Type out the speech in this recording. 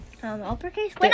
Uppercase